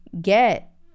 get